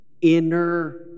inner